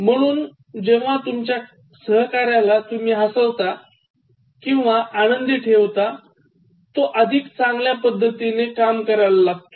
म्हुणुन जेव्हा तुमच्या सहकार्याला तुम्ही हसवता किंवा आनंदी ठेवता ते अधिक चान्गल्या पद्धतीने काम करतात